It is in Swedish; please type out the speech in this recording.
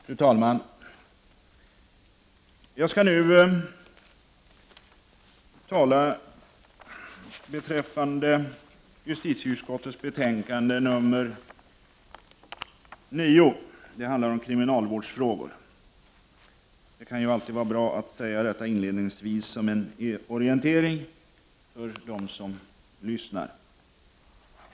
Fru talman! Jag skall nu tala beträffande justitieutskottets betänkande nr 9. Det handlar om kriminalvårdsfrågor. Det kan alltid vara bra att säga detta inledningsvis som en orientering för dem som lyssnar.